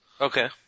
Okay